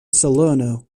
salerno